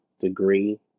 degree